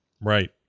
Right